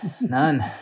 None